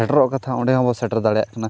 ᱥᱮᱴᱮᱨᱚᱜ ᱠᱟᱛᱷᱟ ᱚᱸᱰᱮ ᱦᱚᱸᱵᱚ ᱥᱮᱴᱮᱨ ᱫᱟᱲᱮᱭᱟᱜ ᱠᱟᱱᱟ